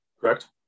Correct